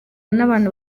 n’abantu